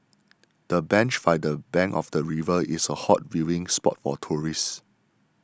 the bench by the bank of the river is a hot viewing spot for tourists